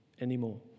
anymore